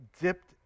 dipped